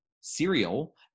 cereal